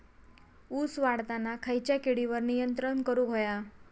ऊस वाढताना खयच्या किडींवर नियंत्रण करुक व्हया?